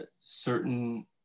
certain